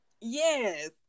Yes